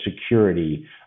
security